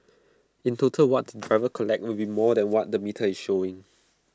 in total what the drivers collect will be more than what the metre is showing